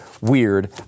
weird